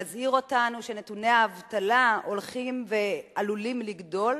מזהיר אותנו שנתוני האבטלה הולכים, עלולים לגדול,